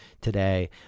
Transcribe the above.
today